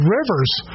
Rivers